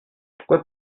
pourquoi